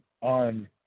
on